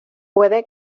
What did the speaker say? puede